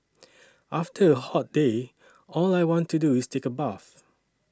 after a hot day all I want to do is take a bath